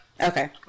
okay